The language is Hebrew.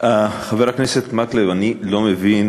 חבר הכנסת מקלב, אני לא מבין